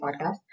podcast